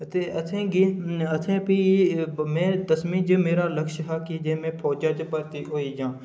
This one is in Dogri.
ते असेंगी ते असें फ्ही में दसमीं च मेरा लक्ष्य हा कीें फौजा च भरथी होई जां